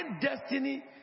destiny